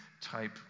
type